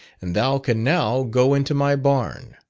and thou can now go into my barn.